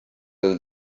oli